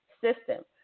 system